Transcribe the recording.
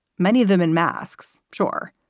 many of them in masks. sure.